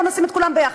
בוא נשים את כולם ביחד.